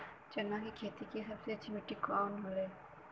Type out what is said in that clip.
चना की खेती के लिए सबसे अच्छी मिट्टी कौन होखे ला?